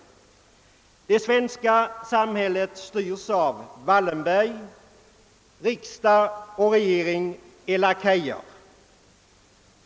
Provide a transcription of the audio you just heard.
Man talar om att det svenska samhället styrs av Wallenberg medan riksdag och regering är lakejer.